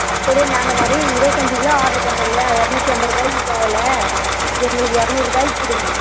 அப்படி நாங்கள் நிறைய இருபத்தி அஞ்சு கிலோ ஆர்ட்ரு பண்ணுறோம் இல்லையா இரநூத்தி ஐம்பது ருபாய்க்கு தேவையில்லை எங்களுக்கு இரநூறுபாய்க்கு கொடுங்களேன்